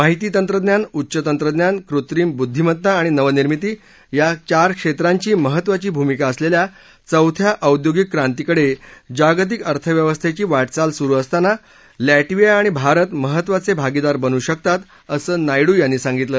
माहिती तंत्रज्ञान उच्च तंत्रज्ञान कृत्रिम बुद्धिमत्ता आणि नवनिर्मिती या चार क्षेत्रांची महत्त्वाची भूमिका असलेल्या चौथ्या औद्योगिक क्रांतीकडे जागतिक अर्थव्यवस्थेची वाटचाल सुरू असताना लॅटविया आणि भारत महत्त्वाचे भागीदार बनू शकतात असं नायडू यांनी सांगितलं